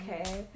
okay